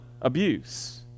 abuse